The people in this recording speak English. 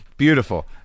beautiful